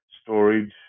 storage